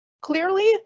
Clearly